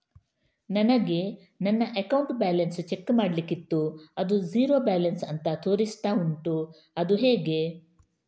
ನನಗೆ ನನ್ನ account balance check ಮಾಡ್ಲಿಕ್ಕಿತ್ತು ಅದು ಝೀರೋ ಬ್ಯಾಲೆನ್ಸ್ ಅಂತ ತೋರಿಸ್ತಾ ಉಂಟು ಅದು ಹೇಗೆ?